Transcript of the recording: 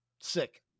Sick